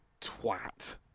Twat